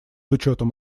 учетом